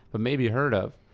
but maybe heard of.